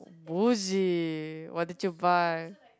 bougie what did you buy